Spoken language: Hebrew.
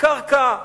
קרקע "כבול",